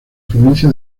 provincia